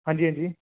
ਹਾਂਜੀ ਹਾਂਜੀ